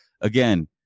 again